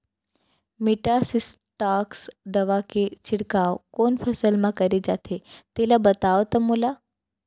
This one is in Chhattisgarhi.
मेटासिस्टाक्स दवा के छिड़काव कोन फसल म करे जाथे तेला बताओ त मोला?